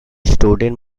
student